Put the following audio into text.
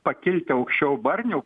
pakilti aukščiau barnių